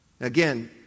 Again